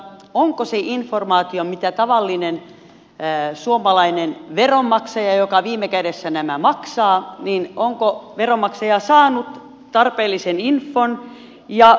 onko tavallinen suomalainen veronmaksaja joka viime kädessä nämä maksaa saanut tarpeellisen infon